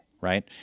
Right